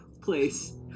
place